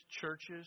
churches